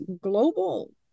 global